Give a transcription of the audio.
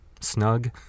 snug